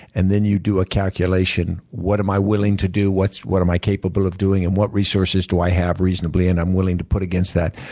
and then you do a calculation, what am i willing to do? what am i capable of doing? and what resources do i have, reasonably, and i'm willing to put against that?